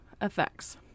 Effects